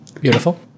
Beautiful